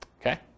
Okay